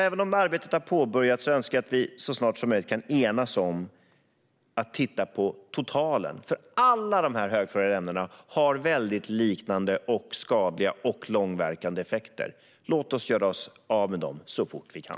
Även om arbetet har påbörjats önskar jag att vi så snart som möjligt kan enas om att titta på totalen, för alla dessa högfluorerade ämnen har väldigt lika, skadliga och långverkande effekter. Låt oss göra oss av med dem så fort vi kan!